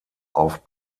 auf